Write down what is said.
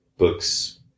Books